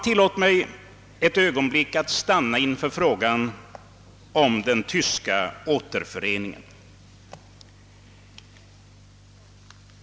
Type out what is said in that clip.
Tillåt mig att ett ögonblick stanna inför frågan om den tyska återföreningen.